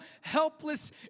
helpless